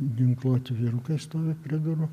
ginkluoti vyrukai stovi prie durų